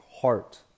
heart